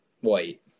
White